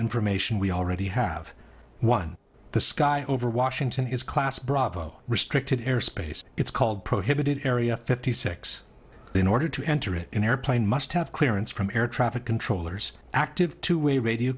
information we already have one the sky over washington is class bravo restricted airspace it's called prohibited area fifty six in order to enter it in airplane must have clearance from air traffic controllers active two way radio